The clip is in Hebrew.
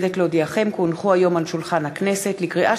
שלישי, כ"ה באדר א'